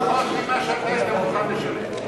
רחוק ממה שאתה היית מוכן לשלם.